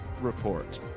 Report